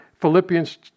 Philippians